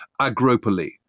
Agropoli